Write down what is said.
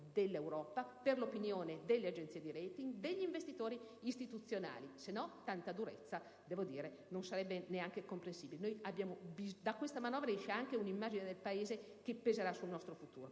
dell'Europa, delle agenzie di *rating* e degli investitori istituzionali. Altrimenti, tanta durezza, non sarebbe neanche comprensibile. Da questa manovra esce un'immagine del Paese che peserà sul nostro futuro.